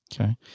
Okay